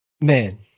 man